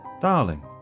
Darling